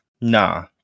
nah